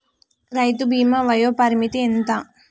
రైతు బీమా వయోపరిమితి ఎంత?